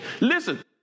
Listen